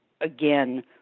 again